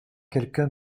quelqu’un